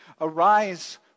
Arise